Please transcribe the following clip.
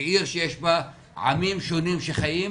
בעיר שיש בה עמים שונים שחיים,